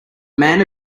man